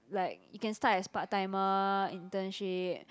like you can start as part timer internship